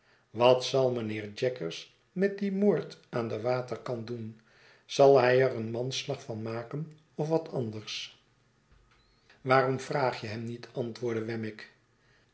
wat zal mynheer jaggers met dien moord aan den waterkant doen zal hij er een manslag van maken of wat anders waarom vraag je het hem met antwoordde wemmick